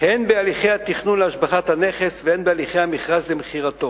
הן בהליכי התכנון להשבחת הנכס והן בהליכי המכרז למכירתו.